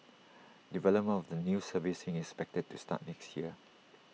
development of the new surfacing is expected to start next year